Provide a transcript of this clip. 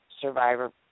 Survivor